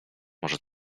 może